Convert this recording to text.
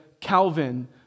Calvin